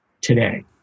today